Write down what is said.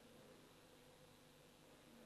תודה